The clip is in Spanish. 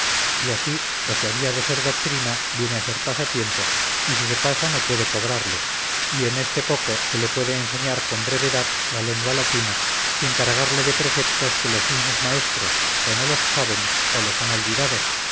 y así lo que había de ser doctrina viene a ser pasatiempo y si se pasa no puede cobrarle y en este poco se le puede enseñar con brevedad la lengua latina sin cargarle de preceptos que los mismos maestros o no los saben o los han olvidado